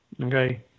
okay